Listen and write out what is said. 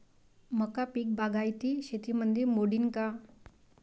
मका पीक बागायती शेतीमंदी मोडीन का?